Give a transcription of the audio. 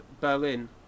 Berlin